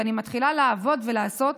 ואני מתחילה לעבוד ולעשות.